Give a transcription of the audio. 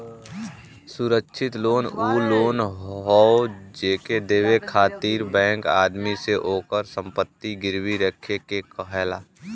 सुरक्षित लोन उ लोन हौ जेके देवे खातिर बैंक आदमी से ओकर संपत्ति गिरवी रखे के कहला